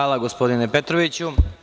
Hvala, gospodine Petroviću.